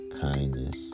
kindness